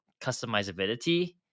customizability